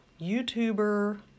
YouTuber